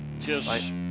cheers